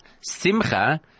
Simcha